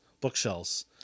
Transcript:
bookshelves